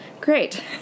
great